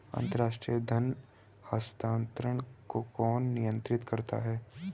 अंतर्राष्ट्रीय धन हस्तांतरण को कौन नियंत्रित करता है?